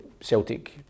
Celtic